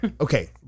Okay